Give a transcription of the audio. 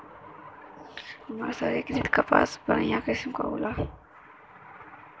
मर्सरीकृत कपास बढ़िया किसिम क होला